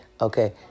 okay